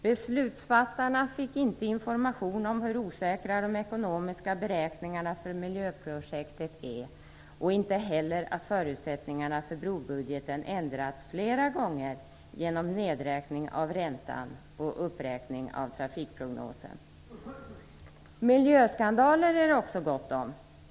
Beslutsfattarna fick inte information om hur osäkra de ekonomiska beräkningarna för miljöprojektet är och inte heller om att förutsättningarna för brobudgeten ändrats flera gånger genom nedräkning av räntan och uppräkning av trafikprognosen. Miljöskandaler är det också gott om: ?